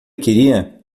queria